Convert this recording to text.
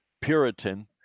Puritan